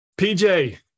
PJ